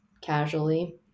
casually